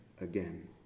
again